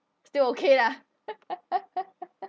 still okay ah